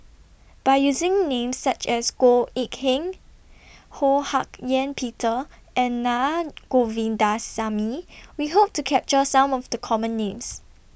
By using Names such as Goh Eck Kheng Ho Hak Ean Peter and Naa Govindasamy We Hope to capture Some of The Common Names